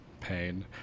Pain